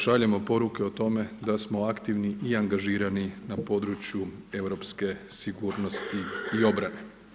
Šaljemo poruke o tome da smo aktivni i angažirani na području europske sigurnosti i obrane.